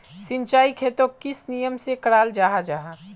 सिंचाई खेतोक किस नियम से कराल जाहा जाहा?